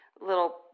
little